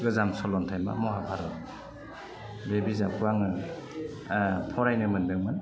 गोजाम सलन्थाइमा महाभारत बे बिजाबखौ आङो फरायनो मोन्दोंमोन